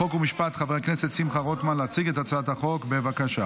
ותיכנס לספר החוקים של מדינת